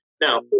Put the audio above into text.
Now